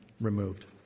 removed